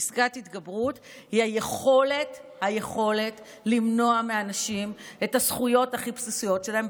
פסקת התגברות היא היכולת למנוע מאנשים את הזכויות הכי בסיסיות שלהם,